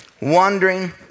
wandering